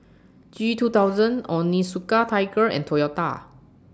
G two thousand Onitsuka Tiger and Toyota